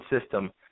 system